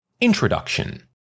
Introduction